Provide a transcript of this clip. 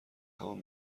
همان